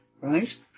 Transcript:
Right